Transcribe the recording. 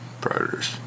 Predators